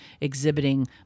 exhibiting